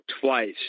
twice